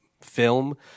film